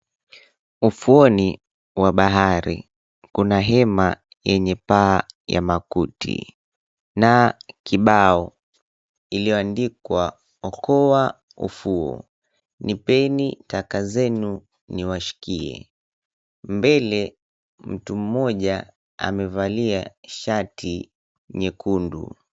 Ufuoni wa bahari, kuna hema yenye paa ya makuti na kibao ilyoandikwa okoa ufuo, nipeeni taka zenu niwashikie. Mbele, mtu mmoja amevalia shati nyekundu.